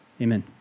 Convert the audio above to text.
Amen